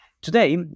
Today